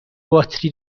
باتری